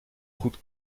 goed